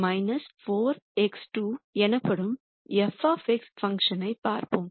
5 x1 4 x2 எனப்படும் f பங்க்ஷன்ஐப் பார்ப்போம்